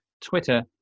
twitter